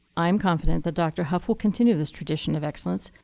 i am confident that dr. hough will continue this tradition of excellence,